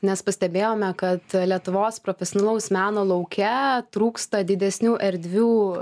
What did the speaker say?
nes pastebėjome kad lietuvos profesionalaus meno lauke trūksta didesnių erdvių